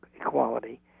equality